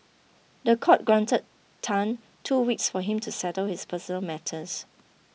the court granted Tan two weeks for him to settle his personal matters